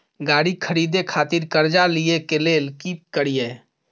गाड़ी खरीदे खातिर कर्जा लिए के लेल की करिए?